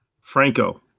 Franco